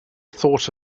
thought